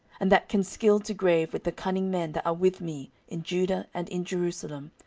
and that can skill to grave with the cunning men that are with me in judah and in jerusalem,